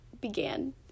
began